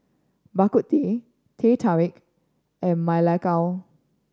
Bak Kut Teh Teh Tarik and Ma Lai Gao